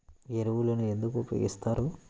ఎరువులను ఎందుకు ఉపయోగిస్తారు?